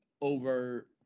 over